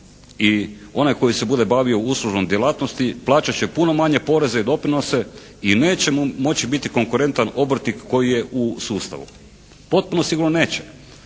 i onaj koji se bude bavio uslužnom djelatnosti plaćat će puno manje poreze i doprinose i neće mu moći biti konkurentan obrtnik koji je u sustavu. Potpuno sigurno neće.